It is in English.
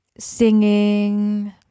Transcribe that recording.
Singing